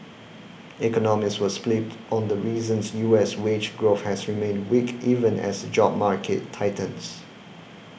economists were split on the reasons U S wage growth has remained weak even as the job market tightens